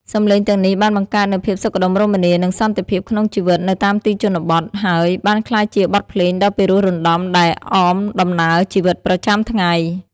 សំឡេងទាំងនេះបានបង្កើតនូវភាពសុខដុមរមនា និងសន្តិភាពក្នុងជីវិតនៅតាមទីជនបទ ហើយបានក្លាយជាបទភ្លេងដ៏ពិរោះរណ្តំដែលអមដំណើរជីវិតប្រចាំថ្ងៃ។